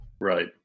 Right